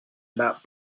about